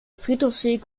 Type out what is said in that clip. friedhofsweg